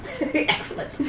Excellent